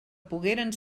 pogueren